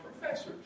professors